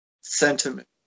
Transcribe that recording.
sentiment